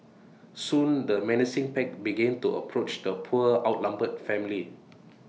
soon the menacing pack began to approach the poor outnumbered family